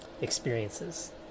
experiences